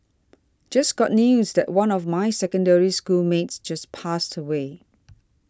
just got news that one of my Secondary School mates just passed away